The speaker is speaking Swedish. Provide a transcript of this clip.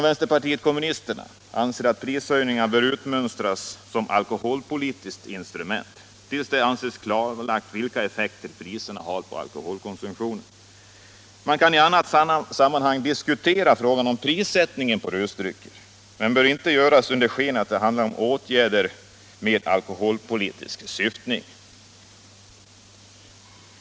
Vpk anser att prishöjningar bör utmönstras som alkoholpolitiskt instrument tills det kan anses klarlagt vilka effekter priserna har på alkoholkonsumtionen. Man kan i annat sammanhang diskutera frågan om prissättningen på rusdrycker, men det bör inte göras under skenet av att det handlar om åtgärder med alkoholpolitisk syftning.